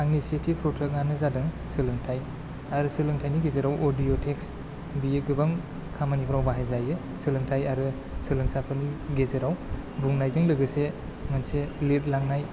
आंनि सेथि प्रदाकआनो जादों सोलोंथाइ आरो सोलोंथाइनि गेजेराव अदिय' टेक्स बियो गोबां खामानिफोराव बाहायजायो सोलोंथाइ आरो सोलोंसाफोरनि गेजेराव बुंनायजों लोगोसे मोनसे लिरलांनाय